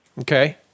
Okay